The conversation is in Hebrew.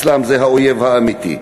האסלאם, אסלאם זה האויב האמיתי,